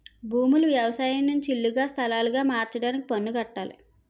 భూములు వ్యవసాయం నుంచి ఇల్లుగా స్థలాలుగా మార్చడానికి పన్ను కట్టాలి